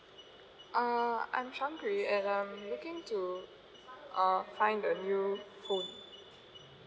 uh I'm shangri and I'm looking to uh find a new phone